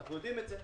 אנחנו יודעים את זה.